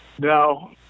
No